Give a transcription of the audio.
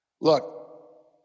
Look